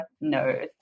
no